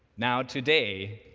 now, today,